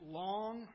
long